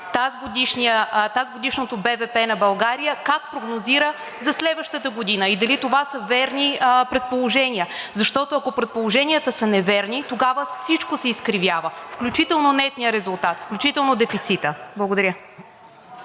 тазгодишния БВП на България, как прогнозира за следващата година и дали това са верни предположения? Защото, ако предположенията са неверни, тогава всичко се изкривява, включително нетният резултат, включително дефицитът. Благодаря.